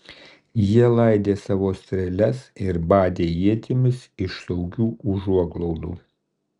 jie laidė savo strėles ir badė ietimis iš saugių užuoglaudų